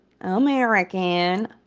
American